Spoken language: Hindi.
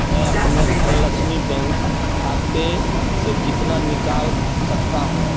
मैं अपने धनलक्ष्मी बैंक खाते से कितना निकाल सकता हूँ